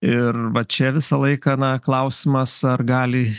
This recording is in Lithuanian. ir va čia visą laiką na klausimas ar gali